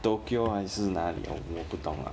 tokyo 还是哪里 uh 我不懂 lah